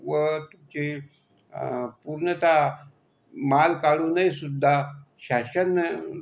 व ते पूर्णत माल काढूनही सुद्धा शासन